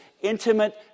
intimate